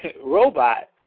robot